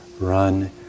run